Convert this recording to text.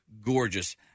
gorgeous